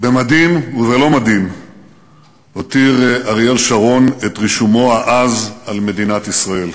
במדים וללא מדים הותיר אריאל שרון את רישומו העז על מדינת ישראל.